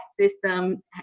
system